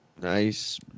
Nice